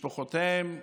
משפחותיהם סבלו,